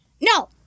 No